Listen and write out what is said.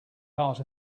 part